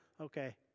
okay